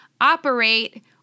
operate